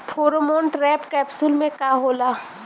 Pheromone trap capsule में का होला?